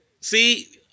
See